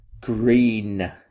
green